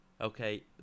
okay